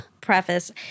preface